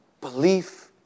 belief